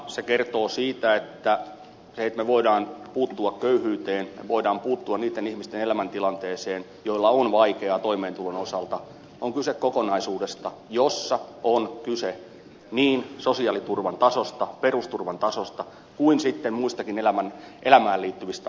se kertoo siitä että siinä että me voimme puuttua köyhyyteen voimme puuttua niiden ihmisten elämäntilanteeseen joilla on vaikeaa toimeentulon osalta on kyse kokonaisuudesta jossa on kyse niin sosiaaliturvan tasosta perusturvan tasosta kuin sitten muistakin elämään liittyvistä asioista